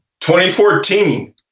2014